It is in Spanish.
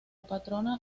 patrona